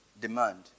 demand